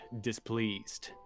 displeased